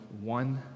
one